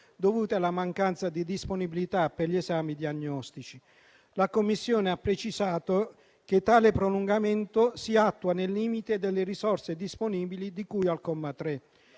dovute alla mancanza di disponibilità per gli esami diagnostici. La Commissione ha precisato che tale prolungamento si attua nel limite delle risorse disponibili di cui al comma 3.